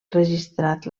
registrat